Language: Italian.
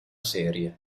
serie